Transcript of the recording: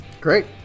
Great